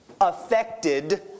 affected